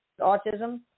autism